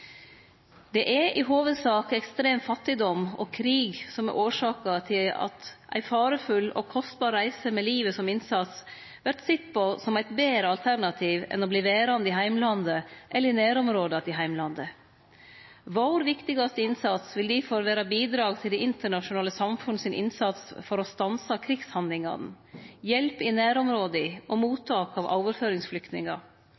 Det er i hovudsak ekstrem fattigdom og krig som er årsaka til at ei farefull og kostbar reise med livet som innsats vert sett på som eit betre alternativ enn å verte verande i heimlandet eller i nærområda til heimlandet. Vår viktigaste innsats vil difor vere å bidra til innsatsen frå det internasjonale samfunnet for å stanse krigshandlingane, hjelpe i nærområda og